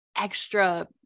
extra